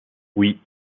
oui